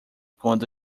quando